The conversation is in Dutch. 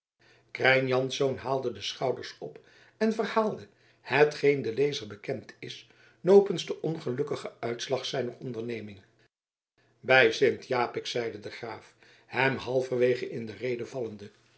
krijn jansz haalde de schouders op en verhaalde hetgeen den lezer bekend is nopens den ongelukkigen uitslag zijner onderneming bij sint japik zeide de graaf hem halverwege in de rede vallende